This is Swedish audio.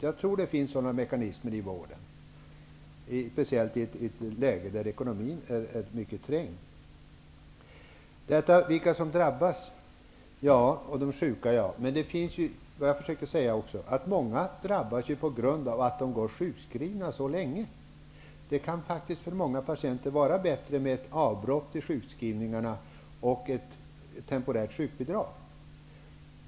Jag tror att det finns sådana mekanismer i vården, särskilt i ett läge där ekonomin är mycket trängd. Så till frågan om vilka som drabbas. De sjuka drabbas förstås. Jag försökte dock säga att många också drabbas på grund av att de går sjukskrivna så länge. För många patienter kan det faktiskt vara bättre med ett avbrott i sjukskrivningen och ett temporärt sjukbidrag.